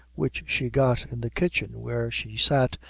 which she got in the kitchen, where she sat,